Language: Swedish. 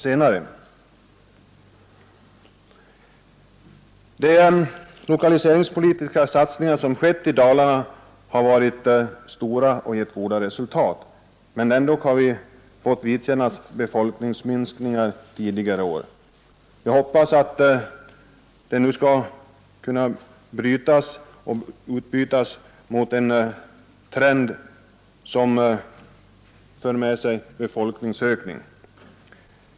De lokaliseringspolitiska satsningar som skett i Dalarna har varit stora och gett goda resultat, men ändå har vi fått vidkännas befolkningsminskningar tidigare år. Jag hoppas att den trenden nu skall brytas och att vi får en befolkningsökning.